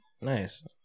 Nice